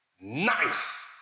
nice